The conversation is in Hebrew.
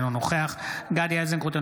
אינו נוכח גדי איזנקוט,